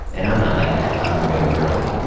and i'm not like that. i'm real girly.